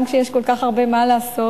גם כשיש כל כך הרבה מה לעשות.